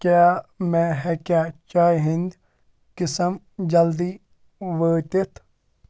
کیٛاہ مےٚ ہٮ۪کیٛاہ چایہِ ہِنٛدۍ قِسَم جلدی وٲتِتھ